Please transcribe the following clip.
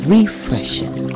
Refreshing